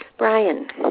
Brian